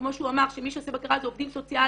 כמו שהוא אמר שמי שעושה בקרה זה עובדים סוציאליים,